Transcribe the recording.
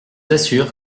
assure